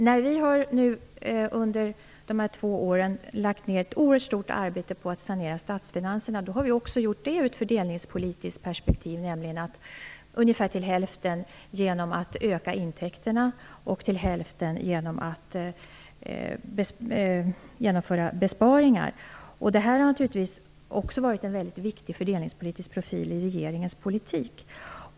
När vi under dessa två år har lagt ned ett oerhört stort arbete på att sanera statsfinanserna har vi också gjort det ur ett fördelningspolitiskt perspektiv - till hälften genom att öka intäkterna och till hälften genom att genomföra besparingar. Det har funnits en väldigt viktig fördelningspolitisk profil i regeringens politik.